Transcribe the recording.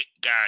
guy